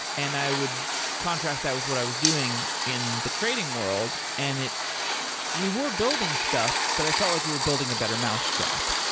and i would contrast that with what i was doing in the trading world, and we were building stuff, but i felt like were building a better mousetrap.